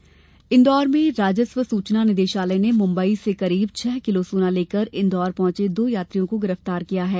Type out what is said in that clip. सोना जब्त इंदौर में राजस्व सूचना निदेशालय ने मुंबई से करीब छह किलो सोना लेकर इंदौर पहुंचे दो यात्रियों को गिरफ्तार किया है